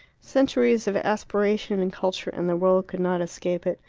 centuries of aspiration and culture and the world could not escape it.